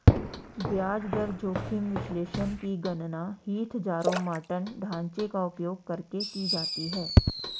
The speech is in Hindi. ब्याज दर जोखिम विश्लेषण की गणना हीथजारोमॉर्टन ढांचे का उपयोग करके की जाती है